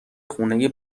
خونه